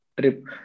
trip